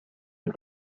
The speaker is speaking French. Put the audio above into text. est